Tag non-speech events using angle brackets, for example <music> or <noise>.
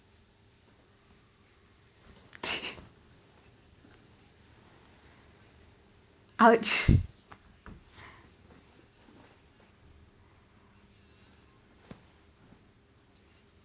<laughs> !ouch!